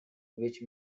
which